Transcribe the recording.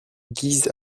guise